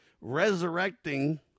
resurrecting